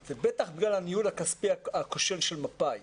זה בטח בגלל הניהול הכספי הכושל של מפא"י,